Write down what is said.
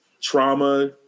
trauma